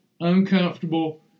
uncomfortable